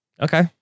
Okay